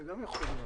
גם זה יכול להיות.